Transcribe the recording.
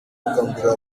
gukangurira